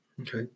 Okay